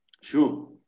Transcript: sure